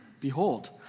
behold